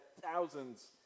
thousands